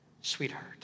sweetheart